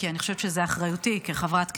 כי אני חושבת שזו אחריותי כחברת כנסת,